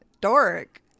Dork